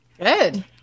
Good